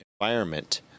environment